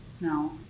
No